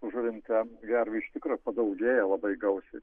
žuvinte gervių iš tikro padaugėja labai gausiai